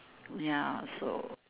ya so